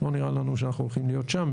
לא נראה לנו שאנחנו הולכים להיות שם.